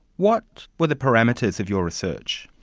what were the parameters of your research?